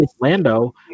Lando